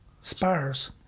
Spars